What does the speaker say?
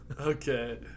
Okay